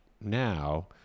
now